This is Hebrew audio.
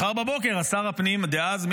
מחר בבוקר שר הפנים דאז,